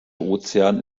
ozean